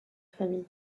famille